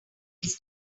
right